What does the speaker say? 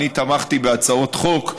אני תמכתי בהצעות חוק,